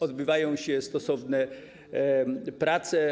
Odbywają się stosowne prace.